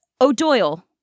O'Doyle